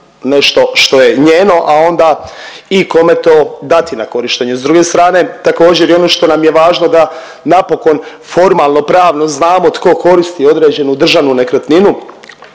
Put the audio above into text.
nešto što je njeno, a onda i kome to dati na korištenje. S druge strane, također i ono što nam je važno da napokon formalno-pravno znamo tko koristi određenu državnu nekretninu